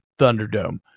Thunderdome